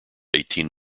eighteen